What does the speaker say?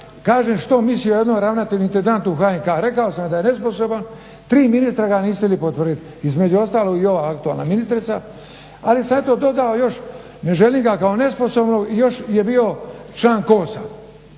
kažem što mislim o jednom ravnatelju intendantu HNK-a. Rekao sam da je nesposoban. Tri ministra ga nisu htjeli potvrditi, između ostalog i ova aktualna ministrica, ali sam eto dodao još ne želim ga kao nesposobnog, još je bio član KOS-a.